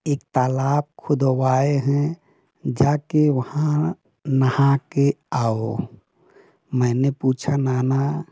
एक तालाब खुदवाए हैं जा कर वहाँ नहा कर आओ मैंने पूछा नाना उस तालाब में